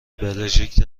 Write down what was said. بلژیک